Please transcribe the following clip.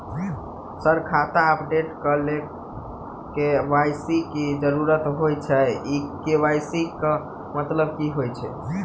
Sir खाता update करऽ लेल के.वाई.सी की जरुरत होइ छैय इ के.वाई.सी केँ मतलब की होइ छैय?